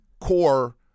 core